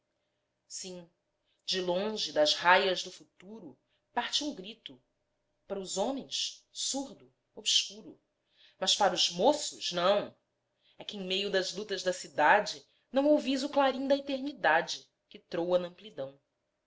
sim de longe das raias do futuro parte um grito pra os homens surdo obscuro mas para os moços não é que em meio das lutas da cidade não ouvis o clarim da eternidade que troa n'amplidão